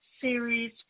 series